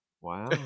Wow